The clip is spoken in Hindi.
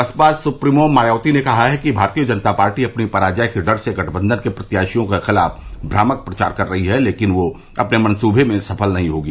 बसपा सुप्रीमो मायावती ने कहा कि भारतीय जनता पार्टी अपनी पराजय के डर से गठबंधन के प्रत्याशियों के ख़िलाफ़ भ्रामक प्रचार कर रही है लेकिन वह अपने मंसूबे में सफल नहीं होगी